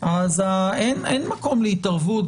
- אין מקום להתערבות.